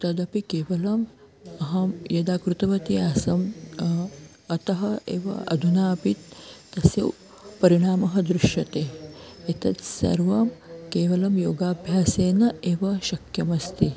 तदपि केवलम् अहं यदा क्रुतवती आसम् अतः एव अधुना अपि तस्य परिणामः द्रुश्यते एतत् सर्वं केवलं योगाभ्यासेन एव शक्यमस्ति